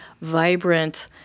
vibrant